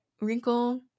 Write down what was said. wrinkle